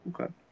Okay